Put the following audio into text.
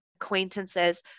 acquaintances